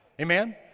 Amen